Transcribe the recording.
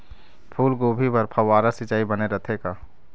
फूलगोभी बर फव्वारा सिचाई बने रथे का?